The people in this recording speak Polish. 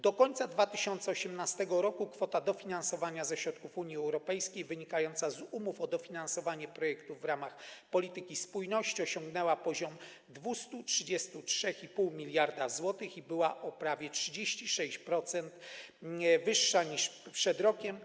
Do końca 2018 r. kwota dofinansowania ze środków Unii Europejskiej wynikająca z umów o dofinansowanie projektów w ramach polityki spójności osiągnęła poziom 233,5 mld zł i była o prawie 36% wyższa niż przed rokiem.